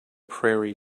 prairie